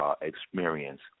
experience